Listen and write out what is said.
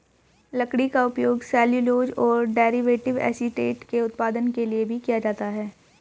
लकड़ी का उपयोग सेल्यूलोज और डेरिवेटिव एसीटेट के उत्पादन के लिए भी किया जाता है